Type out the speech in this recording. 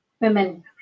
women